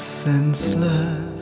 senseless